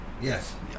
Yes